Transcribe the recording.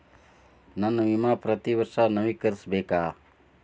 ನನ್ನ ವಿಮಾ ಪ್ರತಿ ವರ್ಷಾ ನವೇಕರಿಸಬೇಕಾ?